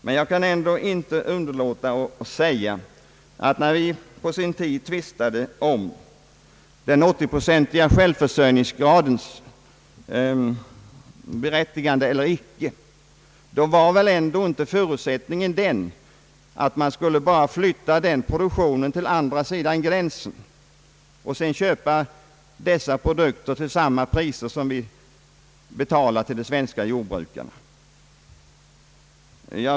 Men jag kan ändå inte underlåta att säga att när vi på sin tid tvistade om den 80-procentiga självförsörjningsgradens berättigande eller icke, var väl ändå inte förutsättningen den att man bara skulle flytta den övriga produktionen på den andra sidan gränsen och sedan köpa dessa produkter till samma priser som vi betalar till de svenska jordbrukarna.